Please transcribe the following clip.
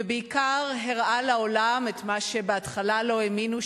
ובעיקר הראה לעולם את מה שבהתחלה לא האמינו,